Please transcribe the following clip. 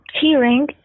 hearing